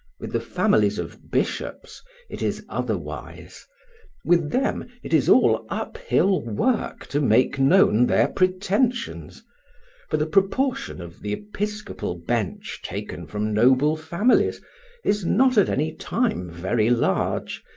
with the families of bishops it is otherwise with them, it is all uphill work to make known their pretensions for the proportion of the episcopal bench taken from noble families is not at any time very large,